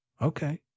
Okay